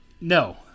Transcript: No